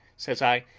says i,